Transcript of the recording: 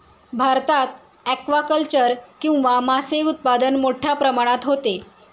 भारतात ॲक्वाकल्चर किंवा मासे उत्पादन मोठ्या प्रमाणात होते